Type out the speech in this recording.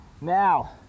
Now